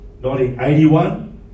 1981